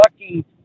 lucky